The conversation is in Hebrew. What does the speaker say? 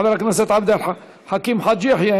חבר הכנסת עבד אל חכים חאג' יחיא,